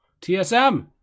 TSM